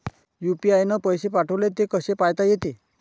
UPI न पैसे पाठवले, ते कसे पायता येते?